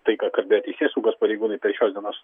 tai ką kalbėjo teisėsaugos pareigūnai per šios dienos